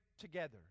together